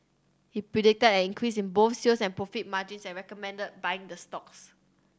he predicted an increase in both sales and profit margins and recommended buying the stocks